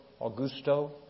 Augusto